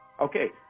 Okay